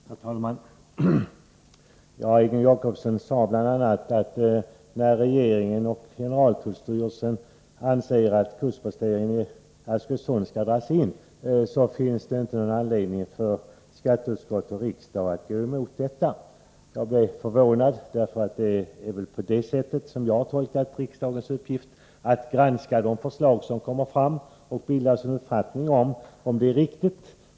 Herr talman! Egon Jacobsson sade bl.a. att skatteutskottet och riksdagen inte har någon anledning att gå emot regeringens och generaltullstyrelsens förslag att kustposteringen i Arkösund skall dras in. Jag blev förvånad över detta uttalande. Såvitt jag förstår är det riksdagens uppgift att granska de förslag som kommer fram och bilda sig en uppfattning om huruvida de är riktiga.